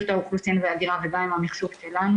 האוכלוסין וההגירה וגם עם המחשוב שלנו.